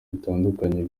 bitandukanye